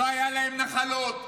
לא היו להם נחלות.